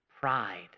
pride